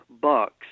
bucks